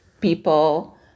people